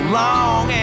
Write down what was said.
long